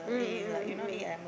mm mm mm mm mm mm